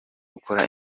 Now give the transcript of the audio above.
gukora